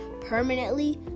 permanently